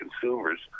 consumers